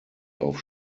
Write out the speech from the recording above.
auf